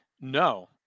no